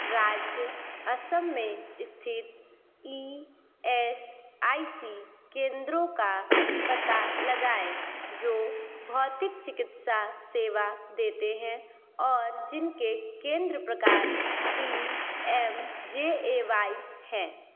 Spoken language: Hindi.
राज्य असम में स्थित ई एस आई सी केंद्रों का पता लगाएँ जो भौतिक चिकित्सा सेवा देते हैं और जिनके केंद्र प्रकार P M J A Y हैं